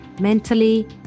mentally